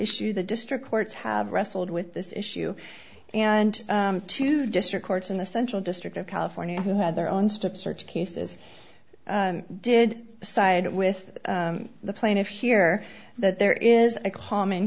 issue the district courts have wrestled with this issue and two district courts in the central district of california who had their own strip search cases did side with the plaintiffs here that there is a common